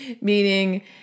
meaning